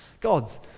gods